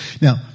Now